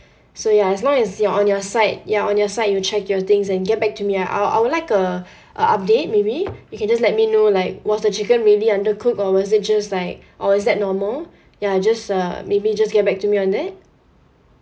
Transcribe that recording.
so ya as long as you're on your side ya on your side you check your things and get back to me I'll I'll like a a update maybe you can just let me know like was the chicken really undercooked or was it just like or is that normal ya just uh maybe just get back to me on that